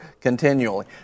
continually